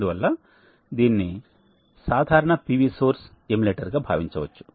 అందువల్ల దీనిని సాధారణ PV సోర్స్ ఎమ్యులేటర్ గా భావించవచ్చు